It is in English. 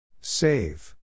Save